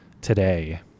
today